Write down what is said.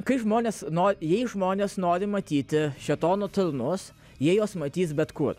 kai žmonės no jei žmonės nori matyti šėtono tarnus jie juos matys bet kur